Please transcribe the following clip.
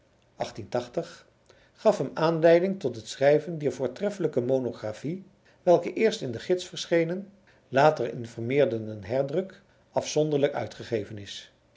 gaf hem aanleiding tot het schrijven dier voortreffelijke monographie welke eerst in de gids verschenen later in vermeerderden herdruk afzonderlijk uitgegeven is